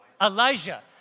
Elijah